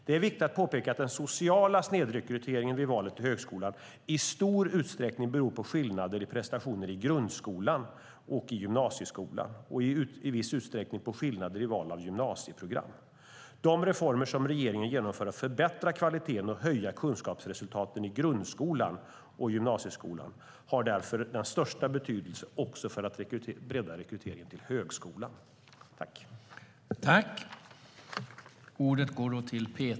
Det är viktigt att påpeka att den sociala snedrekryteringen vid valet till högskolan i stor utsträckning beror på skillnader i prestationer i grundskolan och gymnasieskolan, samt i viss utsträckning på skillnader i val av gymnasieprogram. De reformer som regeringen genomför för att förbättra kvaliteten och höja kunskapsresultaten i grundskolan och gymnasieskolan har därför största betydelse också för att bredda rekryteringen till högskolan.